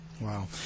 Wow